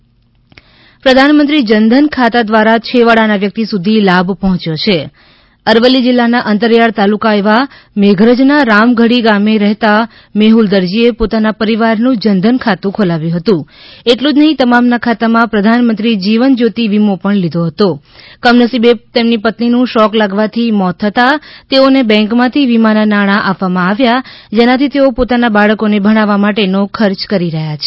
જનધન પ્રધાનમંત્રી જનધન ખાતા દ્વારા છેવાડાના વ્યક્તિ સુધી લાભ પહોંચ્યો છે અરવલ્લી જિલ્લાના અંતરિયાળ તાલુકા એવા મેઘરજના રામગઢી ગામે રહેતા મેહ્લ દરજીએ પોતાના પરિવારનું જનધન ખાતું ખોલાવ્ય હતું એટલું જ નહીં તમામના ખાતામાં પ્રધાનમંત્રી જીવન જ્યોતિ વીમો પણ લીધો હતો કમનસીબે તેમની પત્નીનું શોક લાગવાથી મોત થતાં તેઓને બેંકમાંથી વીમાના નાણાં આપવામાં આવ્યા જેનાથી તેઓ પોતાના બાળકોને ભણાવવા માટેનો ખર્ચ કરી રહ્યા છે